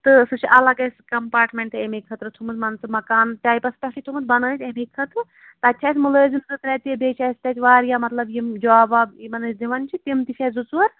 تہٕ سُہ چھُ اَلگ اَسہِ کَمپارٹمینٛٹ اَمے خٲطرٕ تھوٚومُت مان ژٕ مَکان ٹایپَس پیٚٹھٕے تھوٚومُت بَنٲوِتھ اَمی خٲطرٕ تَتہِ چھِ اَسہِ مُلٲزِم زٕ ترٛےٚ تہٕ بیٚیہِ چھِ اَسہِ تَتہِ واریاہ مطلب یِم جاب واب یِمن أسۍ دِوان چھِ تِم تہِ چھِ اَسہِ زٕ ژور